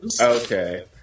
okay